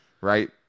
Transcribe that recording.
right